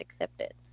accepted